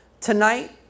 tonight